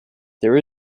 there